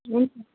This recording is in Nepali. हुन्छ